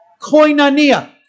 koinonia